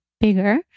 bigger